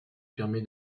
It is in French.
permet